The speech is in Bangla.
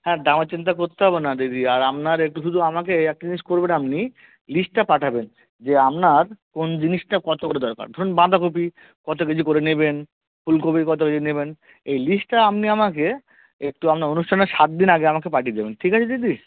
হ্যাঁ দামের চিন্তা করতে হবে না দিদি আর আপনার একটু শুধু আমাকে একটা জিনিস করবেন আপনি লিস্টটা পাঠাবেন যে আপনার কোন জিনিসটা কত করে দরকার ধরুন বাঁধাকপি কত কেজি করে নেবেন ফুলকপি কত কেজি নেবেন এই লিস্টটা আপনি আমাকে একটু আপনার অনুষ্ঠানের সাত দিন আগে আমাকে পাঠিয়ে দেবেন ঠিক আছে দিদি